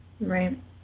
Right